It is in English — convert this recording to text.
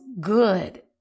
good